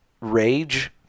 rage